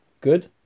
good